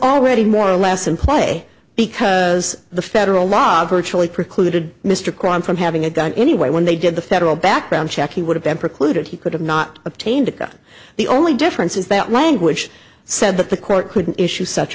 already more or less in play because the federal law virtually precluded mr crime from having a gun anyway when they did the federal background check he would have been precluded he could have not obtained a gun the only difference is that language said that the court could issue such